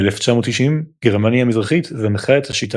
ב-1990 גרמניה המזרחית זנחה את השיטה